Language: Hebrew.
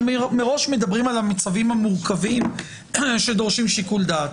אנחנו מראש מדברים על המצבים המורכבים שדורשים שיקול דעת.